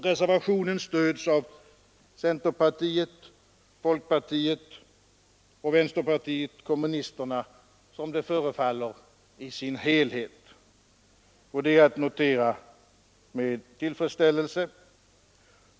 Reservationen stöds av centerpartiet, folkpartiet och vänsterpartiet kommunisterna — som det förefaller i deras helhet — och det är att notera med tillfredsställelse.